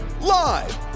live